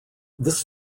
this